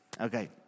Okay